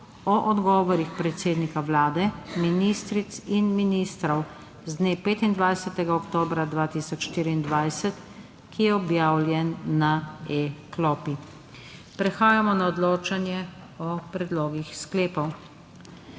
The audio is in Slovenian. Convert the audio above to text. o odgovorih predsednika Vlade, ministric in ministrov z dne 25. oktobra 2024, ki je objavljen na e-klopi. Prehajamo na odločanje o predlogih sklepov,